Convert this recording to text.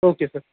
okay sir